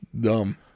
dumb